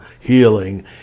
healing